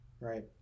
right